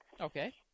Okay